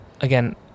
again